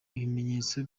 ibimenyetso